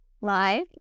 live